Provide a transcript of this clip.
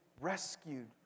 rescued